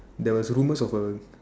there was rumors of a